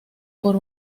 por